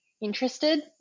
interested